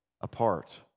apart